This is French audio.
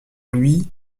lui